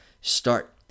start